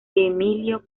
emilio